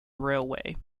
railway